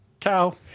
cow